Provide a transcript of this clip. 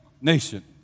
nation